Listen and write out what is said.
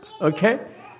Okay